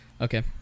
Okay